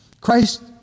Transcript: Christ